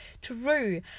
true